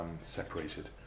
separated